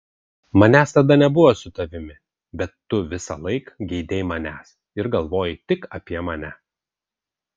manęs tada nebuvo su tavimi bet tu visąlaik geidei manęs ir galvojai tik apie mane